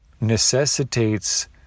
necessitates